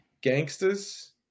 Gangsters